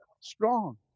strong